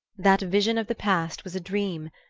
that vision of the past was a dream,